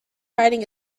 riding